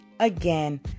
Again